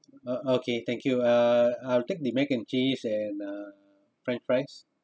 uh okay thank you uh I'll take the mac and cheese and uh french fries